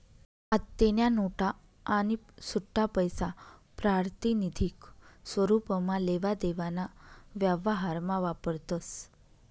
आत्तेन्या नोटा आणि सुट्टापैसा प्रातिनिधिक स्वरुपमा लेवा देवाना व्यवहारमा वापरतस